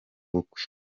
bukwe